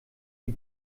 die